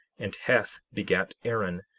and heth begat aaron,